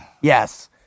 yes